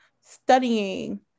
studying